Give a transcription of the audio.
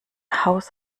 haus